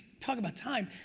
talk about time,